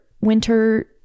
winter